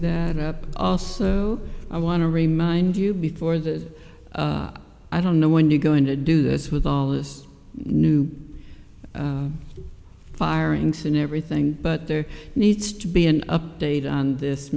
that up also i want to remind you before that i don't know when you going to do this with all this new firings and everything but there needs to be an update on this